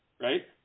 right